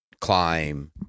climb